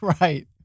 Right